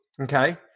okay